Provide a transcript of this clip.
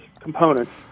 components